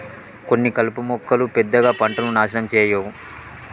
కొన్ని కలుపు మొక్కలు పెద్దగా పంటను నాశనం చేయవు